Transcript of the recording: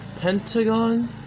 pentagon